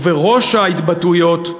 ובראש ההתבטאויות,